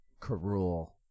karul